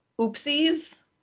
oopsies